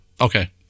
Okay